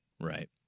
Right